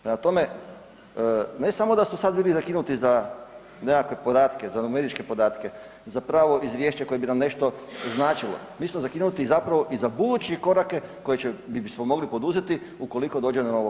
Prema tome, ne samo da smo bili zakinuti za nekakve podatke, za numeričke podatke, za pravo izvješće koje bi nam nešto značilo, mi smo zakinuti zapravo i za buduće korake koje bismo mogli poduzeti ukoliko dođe do novog vala.